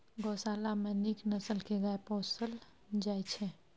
गोशाला मे नीक नसल के गाय पोसल जाइ छइ